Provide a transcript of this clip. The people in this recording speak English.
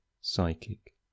psychic